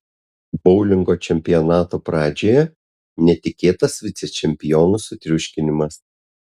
boulingo čempionato pradžioje netikėtas vicečempionų sutriuškinimas